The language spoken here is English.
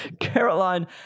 Caroline